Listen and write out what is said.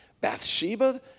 Bathsheba